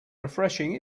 refreshing